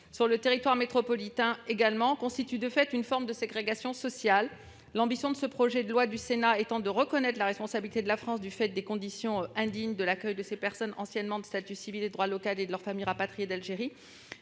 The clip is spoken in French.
sur le territoire métropolitain, constitue, de fait, une forme de ségrégation sociale. L'ambition de ce projet de loi étant de reconnaître la responsabilité de la France du fait des conditions indignes de l'accueil des personnes anciennement de statut civil de droit local et de leurs familles, rapatriées d'Algérie,